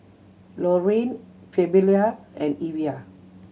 Lorayne Fabiola and Evia